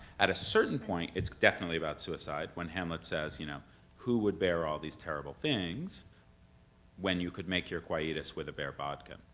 at a certain point, it's definitely about suicide when hamlet says, you know who would bear all these terrible things when you could make your quietus with a bare bodkin?